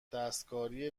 دستکاری